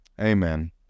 amen